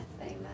Amen